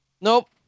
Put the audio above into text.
Nope